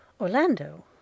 Orlando